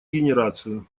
генерацию